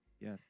yes